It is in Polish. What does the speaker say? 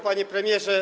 Panie Premierze!